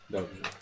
Dobrze